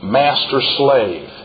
master-slave